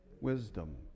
wisdom